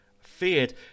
feared